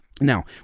Now